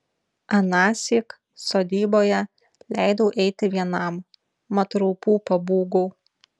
anąsyk sodyboje leidau eiti vienam mat raupų pabūgau